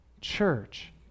church